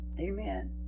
Amen